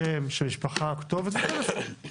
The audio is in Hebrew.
שם, שם משפחה, כתובת וטלפון?